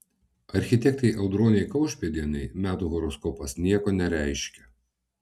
architektei audronei kaušpėdienei metų horoskopas nieko nereiškia